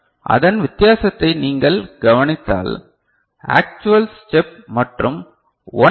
அதன் வித்தியாசத்தை நீங்கள் கவனித்தால் ஆக்சுவல் ஸ்டெப் மற்றும் 1 எல்